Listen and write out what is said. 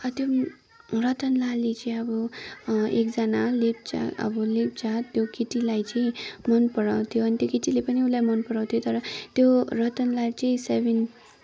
त्यो रतनलाल चाहिँ अब एकजना लेप्चा अब लेप्चा त्यो केटीलाई चाहिँ मनपराउँथ्यो अनि त्यो केटीले पनि उसलाई मनपराउँथी तर त्यो रतनलाल चाहिँ सेभेन